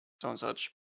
so-and-such